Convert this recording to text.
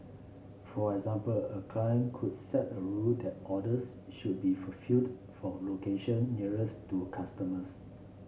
for example a client could set a rule that orders should be fulfilled from location nearest to customers